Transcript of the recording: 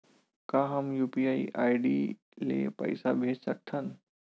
का हम UPI ID ले पईसा भेज सकथन?